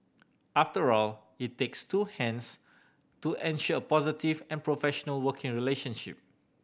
after all it takes two hands to ensure a positive and professional working relationship